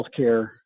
healthcare